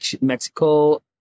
Mexico